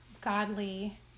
godly